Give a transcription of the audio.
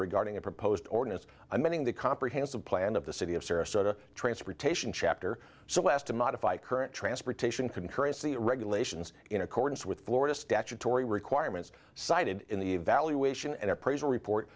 regarding a proposed ordinance amending the comprehensive plan of the city of sarasota transportation chapter so as to modify current transportation concurrency regulations in accordance with florida statutory requirements cited in the evaluation and appraisal report